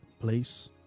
place